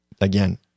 again